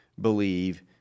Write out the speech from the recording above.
believe